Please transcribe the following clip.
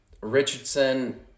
Richardson